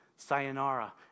Sayonara